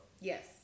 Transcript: Yes